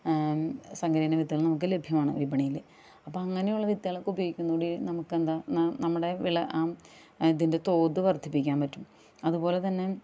സങ്കരയിന വിത്തുകളും നമുക്ക് ലഭ്യമാണ് വിപണിയിൽ അപ്പം അങ്ങനെയുള്ള വിത്തുകളൊക്കെ ഉപയോഗിക്കുന്നതോട് കൂടി നമുക്കെന്താ നമ്മുടെ വിള ആ അതിൻ്റെ തോത് വർധിപ്പിയ്ക്കാന് പറ്റും അതുപോലെതന്നെ